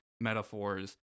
metaphors